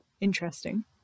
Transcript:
interesting